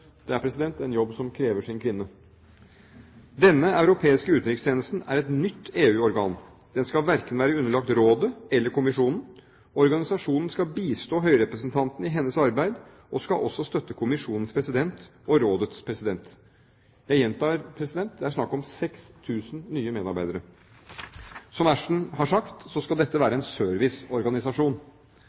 Det er en jobb som krever sin kvinne. Denne europeiske utenrikstjenesten er et nytt EU-organ. Den skal verken være underlagt rådet eller kommisjonen. Organisasjonen skal bistå høyrepresentanten i hennes arbeid, og skal også støtte kommisjonens president og rådets president. Jeg gjentar: Det er snakk om 6 000 nye medarbeidere. Som Ashton har sagt, skal dette være en serviceorganisasjon.